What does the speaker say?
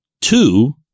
Two